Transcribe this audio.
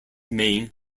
main